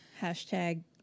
Hashtag